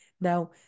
Now